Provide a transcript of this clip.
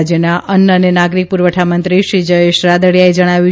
રાજ્યના અન્ન અને નાગરિક પ્રરવઠામંત્રી શ્રી જયેશ રાદડીયાએ જણાવ્યું